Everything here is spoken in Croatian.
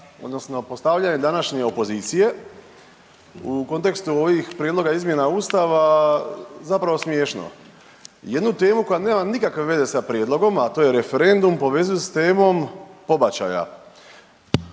odnosno postavljanje današnje opozicije u kontekstu ovih prijedloga izmjena Ustava zapravo smiješno. Jednu temu koja nema nikakve veze sa prijedlogom, a to je referendum povezuju sa temom pobačaja.